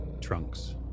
trunks